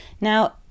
now